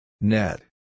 Net